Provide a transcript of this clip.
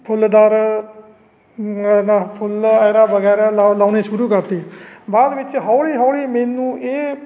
ਫੁੱਲਦਾਰ ਨਾ ਫੁੱਲ ਐਰਾ ਵਗੈਰਾ ਲਾਉਣੀ ਸ਼ੁਰੂ ਕਰਤੀ ਬਾਅਦ ਵਿੱਚ ਹੌਲੀ ਹੌਲੀ ਮੈਨੂੰ ਇਹ